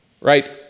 Right